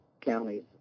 counties